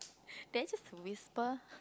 did I just whisper